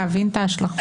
להבין את ההשלכות.